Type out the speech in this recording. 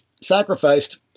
sacrificed